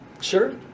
Sure